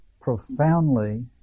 profoundly